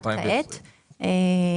חשבתי,